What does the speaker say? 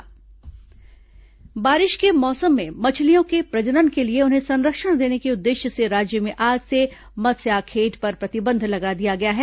मत्स्याखेट प्रतिबंधित बारिश के मौसम में मछलियों के प्रजनन के लिए उन्हें संरक्षण देने के उद्देश्य से राज्य में आज से मत्स्याखेट पर प्रतिबंध लगा दिया गया है